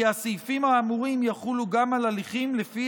כי הסעיפים האמורים יחולו גם על הליכים לפי